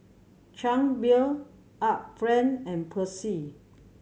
Chang Beer Art Friend and Persil